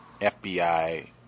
FBI